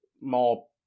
more